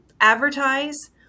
advertise